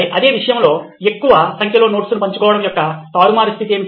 సరే అదే సమయంలో ఎక్కువ సంఖ్యలో నోట్స్ ను పంచుకోవడం యొక్క తారుమారు స్తితి